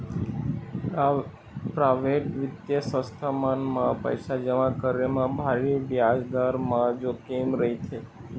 private बित्तीय संस्था मन म पइसा जमा करे म भारी बियाज दर म जोखिम रहिथे